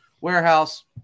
warehouse